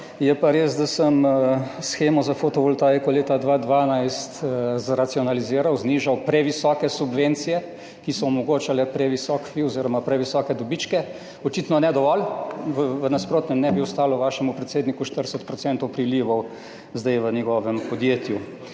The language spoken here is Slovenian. je pa res, da sem shemo za fotovoltaiko leta 2012 zracionaliziral, znižal previsoke subvencije, ki so omogočale previsok / nerazumljivo/ oziroma previsoke dobičke, očitno ne dovolj. V nasprotnem ne bi ostalo vašemu predsedniku 40 % prilivov zdaj v njegovem podjetju